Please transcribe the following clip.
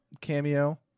cameo